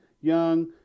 young